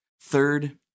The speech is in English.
Third